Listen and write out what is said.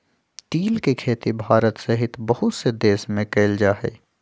तिल के खेती भारत सहित बहुत से देश में कइल जाहई